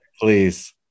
Please